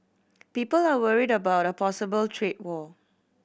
people are worried about a possible trade war